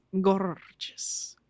gorgeous